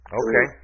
okay